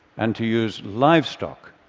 and to use livestock,